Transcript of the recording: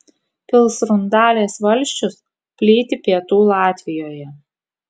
pilsrundalės valsčius plyti pietų latvijoje